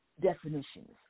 definitions